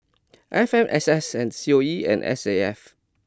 F M S S and C O E and S A F